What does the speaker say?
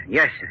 yes